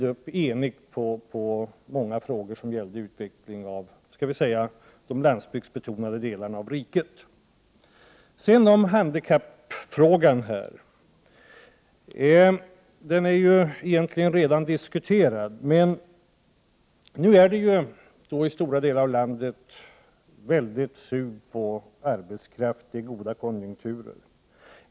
De ställde eniga upp på många frågor som gällde utveckling av ”landsbygdsbetonade” delar av riket. Sedan vill jag säga några ord om handikappfrågan. Den har egentligen redan diskuterats. I stora delar av landet är det ett väldigt sug efter arbetskraft i goda konjunkturer.